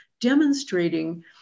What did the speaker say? demonstrating